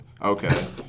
Okay